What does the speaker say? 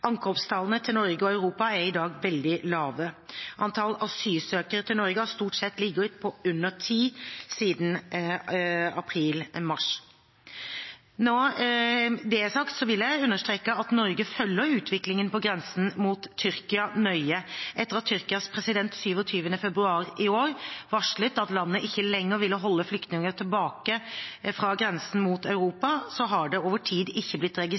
til Norge og Europa er i dag veldig lave. Antall asylsøkere til Norge har stort sett ligget på under ti siden mars/april. Når det er sagt, vil jeg understreke at Norge følger utviklingen på grensen mot Tyrkia nøye. Etter at Tyrkias president 27. februar i år varslet at landet ikke lenger ville holde flyktninger tilbake fra grensen mot Europa, har det over tid ikke blitt